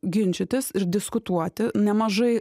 ginčytis ir diskutuoti nemažai